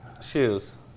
Shoes